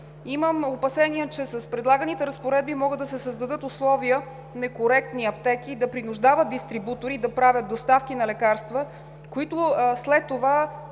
Имам опасения, че с предлаганите разпоредби могат да се създадат условия некоректни аптеки да принуждават дистрибутори и да правят доставки на лекарства, които след това,